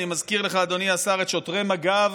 אני מזכיר לך, אדוני השר, את שוטרי מג"ב,